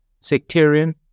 sectarian